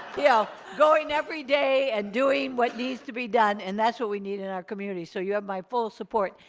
yeah going every day and doing what needs to be done. and that's what we need in our community, so you have my full support.